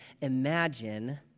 imagine